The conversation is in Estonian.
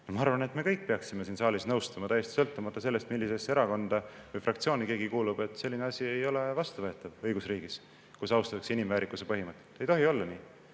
ma arvan, et me kõik peaksime siin saalis nõustuma, täiesti sõltumata sellest, millisesse erakonda või fraktsiooni keegi kuulub, et selline asi ei ole vastuvõetav õigusriigis, kus austatakse inimväärikuse põhimõtteid. Ei tohi olla nii,